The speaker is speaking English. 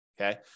Okay